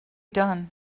done